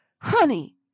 honey